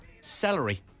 Celery